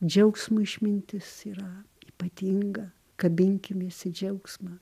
džiaugsmui išmintis yra ypatinga kabinkimės į džiaugsmą